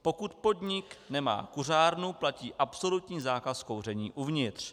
Pokud podnik nemá kuřárnu, platí absolutní zákaz kouření uvnitř.